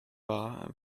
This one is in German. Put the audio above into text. wahr